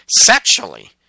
sexually